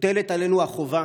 מוטלת עלינו החובה